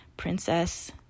princess